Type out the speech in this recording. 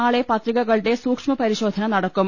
നാളെ പത്രികകളുടെ സൂക്ഷ്മ പരിശോധന നടക്കും